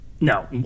No